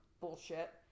bullshit